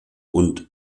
und